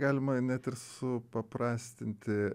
galima net ir supaprastinti